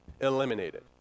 eliminated